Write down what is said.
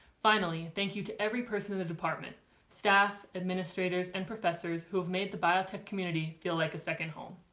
finally thank you to every person in the department staff administrators and professors who have made the biotech community feel like a second home.